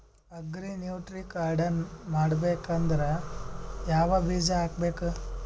Agri nutri garden ಮಾಡಬೇಕಂದ್ರ ಯಾವ ಬೀಜ ಹಾಕಬೇಕು?